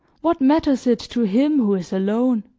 what matters it to him who is alone?